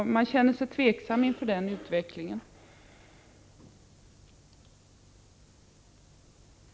Jag känner mig tveksam inför denna utveckling.